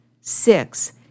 Six